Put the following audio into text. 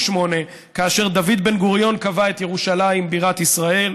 כאשר דוד בן-גוריון קבע את ירושלים בירת ישראל,